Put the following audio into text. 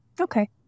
Okay